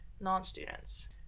non-students